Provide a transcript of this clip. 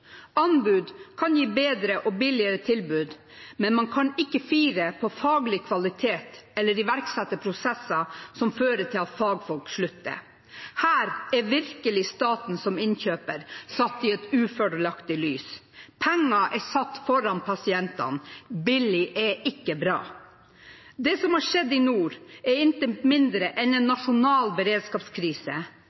Anbud kan gi bedre og billigere tilbud, men man kan ikke fire på faglig kvalitet eller iverksette prosesser som fører til at fagfolk slutter. Her er virkelig staten som innkjøper satt i et ufordelaktig lys. Penger er satt foran pasientene. Billig er ikke bra. Det som har skjedd i nord, er intet mindre enn en nasjonal beredskapskrise.